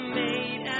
made